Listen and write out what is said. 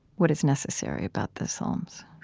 what is necessary about the psalms